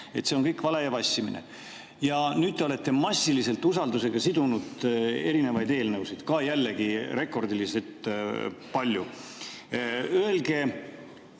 See on kõik vale ja vassimine. Ja nüüd te olete massiliselt usaldusega sidunud erinevaid eelnõusid, ka jällegi rekordiliselt palju. Öelge,